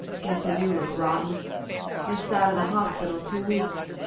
guess i do look rotten yust out of the hospital two weeks.